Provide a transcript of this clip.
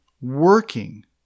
working